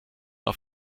auf